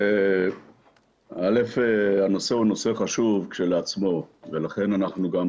הנושא הוא נושא חשוב כשלעצמו ולכן אנחנו גם